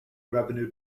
revenue